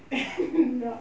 no